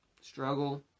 struggle